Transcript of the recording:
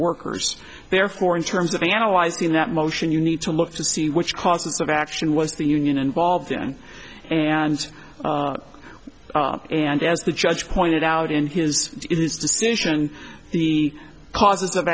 workers therefore in terms of analyzing that motion you need to look to see which causes of action was the union involved in and and as the judge pointed out in his decision the causes of